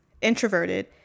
introverted